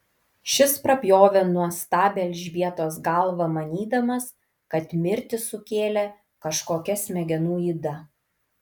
šis prapjovė nuostabią elžbietos galvą manydamas kad mirtį sukėlė kažkokia smegenų yda